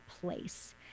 place